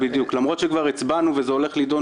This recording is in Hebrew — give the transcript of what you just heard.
למרות שכבר הצבענו וזה הולך להיות נדון